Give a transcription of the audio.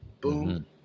Boom